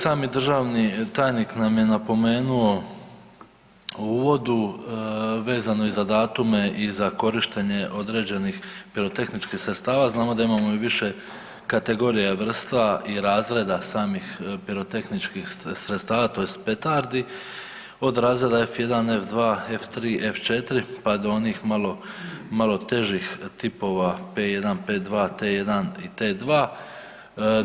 Sami državni tajnik nam je napomenu u uvodu vezano za datume i za korištenje određenih pirotehničkih sredstava, znamo da imamo i više kategorija, vrsta i razreda samih pirotehničkih sredstava tj. petardi od razreda F-1, F-2, F-3, F-4, pa do onih malo, malo težih tipova P-1, P-2, T-1 i T-2.